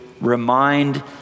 remind